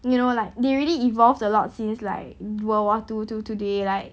you know like it already evolved a lot since like world war two till today like